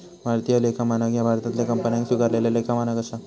भारतीय लेखा मानक ह्या भारतातल्या कंपन्यांन स्वीकारलेला लेखा मानक असा